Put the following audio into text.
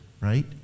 right